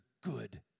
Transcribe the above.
good